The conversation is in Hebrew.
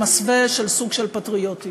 במסווה של סוג של פטריוטיות.